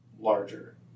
larger